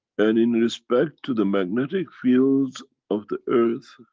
and in respect to the magnetic fields of the earth,